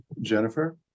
jennifer